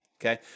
okay